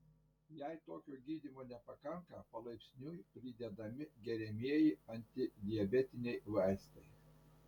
jei tokio gydymo nepakanka palaipsniui pridedami geriamieji antidiabetiniai vaistai